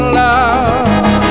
love